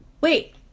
Wait